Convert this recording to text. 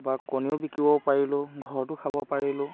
বা কণীও বিকিব পাৰিলোঁ ঘৰতো খাব পাৰিলোঁ